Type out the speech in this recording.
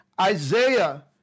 Isaiah